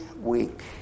week